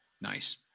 Nice